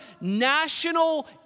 national